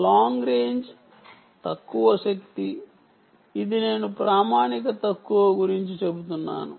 long range తక్కువ శక్తి ఇది నేను ప్రామాణిక తక్కువ గురించి చెబుతున్నాను